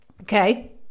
Okay